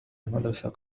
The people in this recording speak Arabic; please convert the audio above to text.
المدرسة